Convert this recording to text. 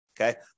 Okay